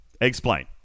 Explain